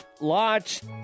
Lots